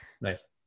Nice